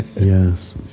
Yes